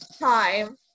time